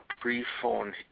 pre-phone